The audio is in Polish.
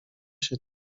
się